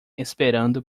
esperando